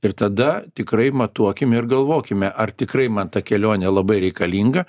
ir tada tikrai matuokime ir galvokime ar tikrai man ta kelionė labai reikalinga